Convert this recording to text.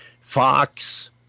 Fox